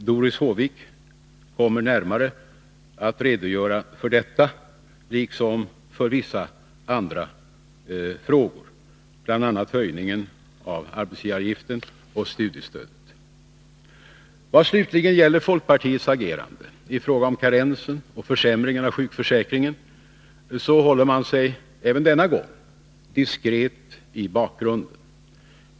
Doris Håvik kommer att närmare redogöra för detta liksom för vissa andra frågor, bl.a. höjningen av arbetsgivaravgiften och studiestödet. När det slutligen gäller folkpartiets agerande i fråga om karensen och försämringen av sjukförsäkringen, håller man sig även denna gång diskret i bakgrunden.